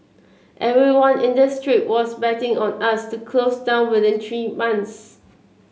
everyone in this street was betting on us to close down within three months